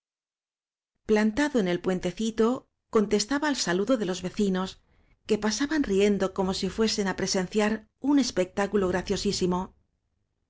plantado en el puentecito contestaba al sa ludo de los vecinos que pasaban riendo como si fuesen á presenciar un espectáculo graciosísimo